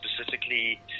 specifically